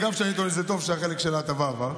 אגב, זה טוב שהחלק של ההטבה עבר.